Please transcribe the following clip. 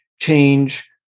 change